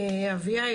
אביה,